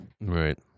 Right